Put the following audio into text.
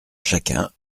chacun